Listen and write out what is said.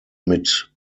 mit